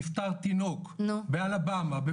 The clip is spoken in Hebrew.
נפטר תינוק באלבמה,